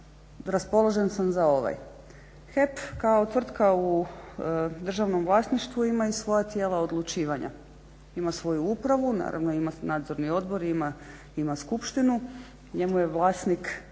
HEP kao tvrtka u državnom vlasništvu ima i svoja tijela odlučivanja, ima svoju upravu naravno ima nadzorni odbor, ima skupštinu, njemu je vlasnik RH